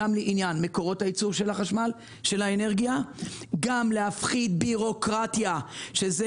גם לעניין מקורות הייצור של האנרגיה וגם להפחית בירוקרטיה שזה